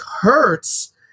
hurts